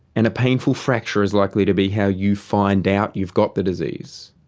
and a painful fracture is likely to be how you find out you've got the disease.